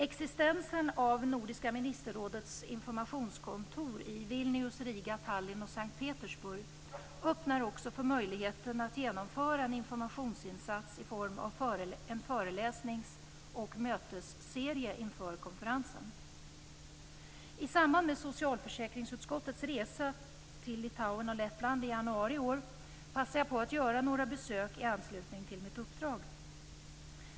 Existensen av Nordiska ministerrådets informationskontor i Vilnius, Riga, Tallinn och Sankt Petersburg öppnar också för möjligheten att genomföra en informationsinsats i form av en föreläsnings och mötesserie inför konferensen. Litauen och Lettland i januari i år passade jag på att göra några besök i anslutning till mitt uppdrag.